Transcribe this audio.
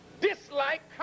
dislike